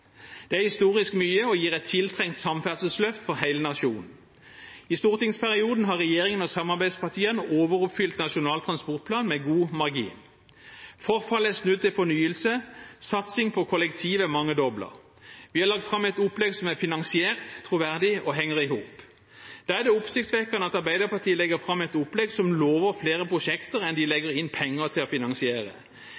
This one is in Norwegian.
Det er historisk mye og gir et tiltrengt samferdselsløft for hele nasjonen. I stortingsperioden har regjeringen og samarbeidspartiene overoppfylt Nasjonal transportplan med god margin. Forfall er snudd til fornyelse, satsing på kollektivtransport er mangedoblet. Vi har lagt fram et opplegg som er finansiert, troverdig og henger i hop. Da er det oppsiktsvekkende at Arbeiderpartiet legger fram et opplegg som lover flere prosjekter enn de